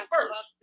first